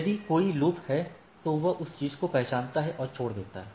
यदि कोई लूप है तो वह उस चीज को पहचानता है और छोड़ देता है